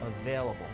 available